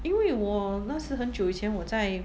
因为我那时很久以前我在